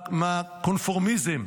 מהקונפורמיזם.